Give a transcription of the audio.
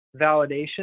validation